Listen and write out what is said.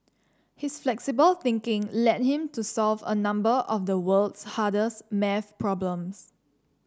his flexible thinking led him to solve a number of the world's hardest math problems